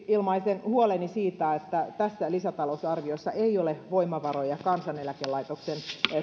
ilmaisen huoleni siitä että tässä lisätalousarviossa ei ole voimavaroja kansaneläkelaitoksen